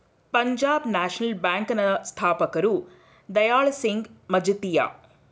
Punjab National Bank ನ ಸ್ಥಾಪಕರು ದಯಾಳ್ ಸಿಂಗ್ ಮಜಿತಿಯ